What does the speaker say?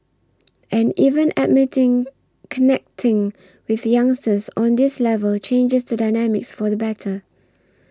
and even admitting connecting with youngsters on this level changes the dynamics for the better